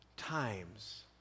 times